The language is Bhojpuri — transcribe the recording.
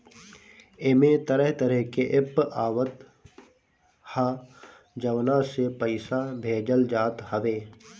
एमे तरह तरह के एप्प आवत हअ जवना से पईसा भेजल जात हवे